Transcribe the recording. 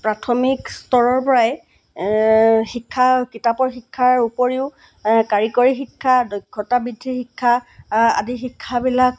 প্ৰাথমিক স্তৰৰ পৰাই শিক্ষা কিতাপৰ শিক্ষাৰ উপৰিও কাৰিকৰী শিক্ষা দক্ষতাবৃদ্ধিৰ শিক্ষা আদি শিক্ষাবিলাক